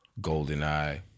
GoldenEye